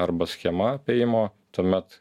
arba schema apėjimo tuomet